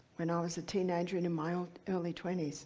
when i was a teenager and in my um early twenty